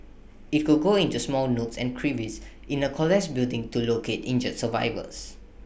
IT could go into small nooks and crevices in A collapsed building to locate injured survivors